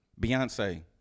Beyonce